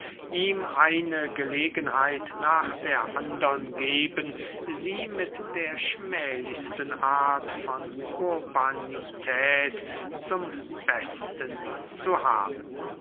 ihm eine gelegenheit nach der andern geben sie mit der schmählichsten art von urbanität zum besten zu haben